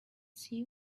see